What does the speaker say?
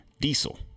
diesel